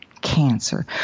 cancer